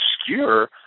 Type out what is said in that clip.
obscure